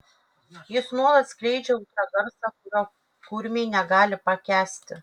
jis nuolat skleidžia ultragarsą kurio kurmiai negali pakęsti